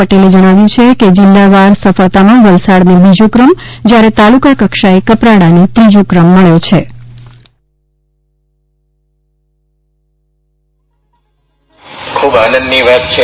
પટેલે જણાવ્યુ છે કે જિલ્લાવાર સફળતામાં વલસાડને બીજો ક્રમ જ્યારે તાલુકા કક્ષાએ કપરાડાને ત્રીજો ક્રમ મળ્યો છે